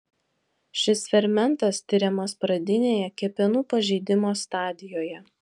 šis fermentas tiriamas pradinėje kepenų pažeidimo stadijoje